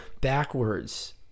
backwards